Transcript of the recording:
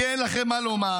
כי אין לכם מה לומר,